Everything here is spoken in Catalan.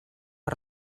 per